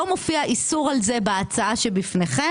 לא מופיע על כך איסור בהצעה שבפניכם,